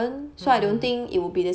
hmm